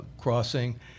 crossing